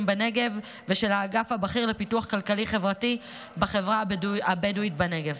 בנגב ושל האגף הבכיר לפיתוח כלכלי חברתי בחברה הבדואית בנגב.